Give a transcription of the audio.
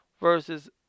versus